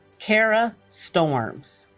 cara storms